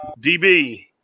DB